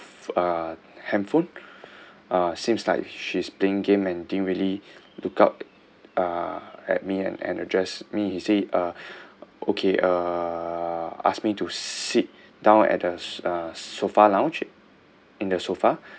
uh handphone uh seems like she's playing game and didn't really lookout uh at me and address me he say uh okay uh ask me to sit down at uh uh sofa lounge in the sofa